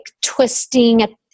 twisting